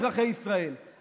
אזרחי ישראל,